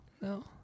no